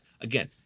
again